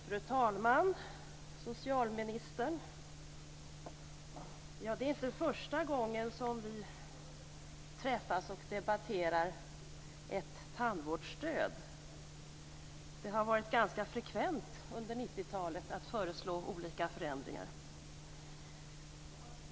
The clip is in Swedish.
Fru talman! Socialministern! Det är inte första gången som vi träffas och debatterar ett tandvårdsstöd. Det har varit ganska frekvent under 90-talet att föreslå olika förändringar.